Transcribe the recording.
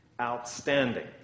outstanding